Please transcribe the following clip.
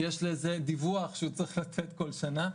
יש לזה דיווח שהוא צריך לתת כל שנה,